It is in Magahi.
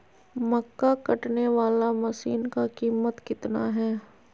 मक्का कटने बाला मसीन का कीमत कितना है?